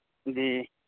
جی